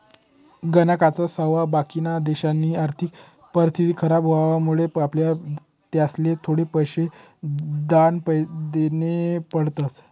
गणकच सावा बाकिना देशसनी आर्थिक परिस्थिती खराब व्हवामुळे आपले त्यासले थोडा पैसा दान देना पडतस